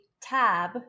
tab